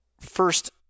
first